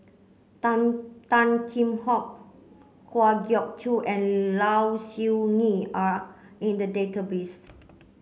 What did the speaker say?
Tan Tan Kheam Hock Kwa Geok Choo and Low Siew Nghee are in the database